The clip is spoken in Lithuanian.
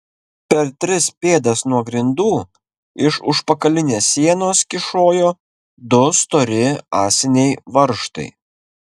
per tris pėdas nuo grindų iš užpakalinės sienos kyšojo du stori ąsiniai varžtai